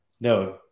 No